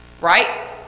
Right